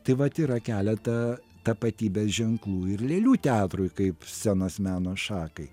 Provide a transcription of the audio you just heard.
tai vat yra keleta tapatybės ženklų ir lėlių teatrui kaip scenos meno šakai